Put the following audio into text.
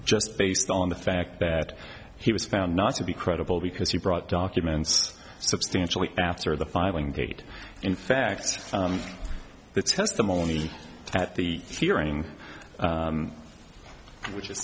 just based on the fact that he was found not to be credible because he brought documents substantially after the filing date in fact the testimony at the hearing which is